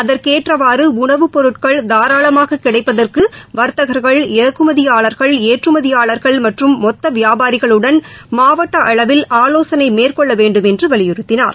அதற்கேற்றவாறுடணவுப்பொருட்கள் தாராளமாககிடைப்பதற்குவர்த்தகர்கள் இறக்குமதியாளர்கள் ஏற்றுமதியாளர்கள் மற்றும் மொத்தவியாபாரிகளுடன் மாவட்டஅளவில் ஆலோசனைமேற்கொள்ளவேண்டும் என்றுவலியுறுத்தினார்